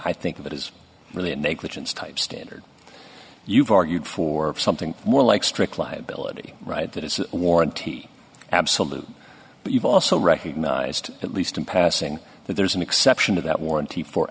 i think of it as really and make widgets type standard you've argued for something more like strict liability right that it's warranty absolute but you've also recognized at least in passing that there's an exception to that warranty